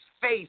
face